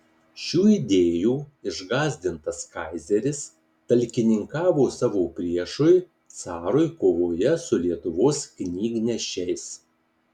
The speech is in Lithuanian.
šių idėjų išgąsdintas kaizeris talkininkavo savo priešui carui kovoje su lietuvos knygnešiais